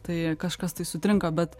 tai kažkas tai sutrinka bet